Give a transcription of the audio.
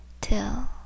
Till